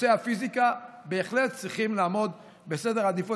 נושא הפיזיקה, בהחלט צריכים לעמוד בעדיפות.